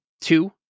two